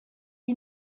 you